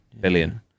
billion